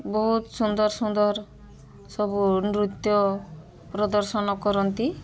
ବହୁତ ସୁନ୍ଦର ସୁନ୍ଦର ସବୁ ନୃତ୍ୟ ପ୍ରଦର୍ଶନ କରନ୍ତି